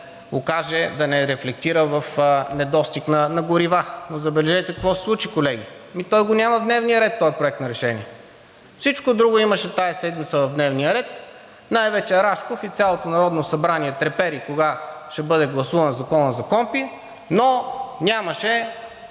окаже, да не рефлектира в недостиг на горива. Но забележете какво се случи, колеги! Ами, няма го в дневния ред този проект на решение. Всичко друго имаше тази седмица в дневния ред – най-вече Рашков, и цялото Народно събрание трепери кога ще бъде гласуван Законът за противодействие